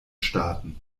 starten